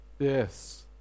Yes